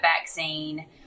vaccine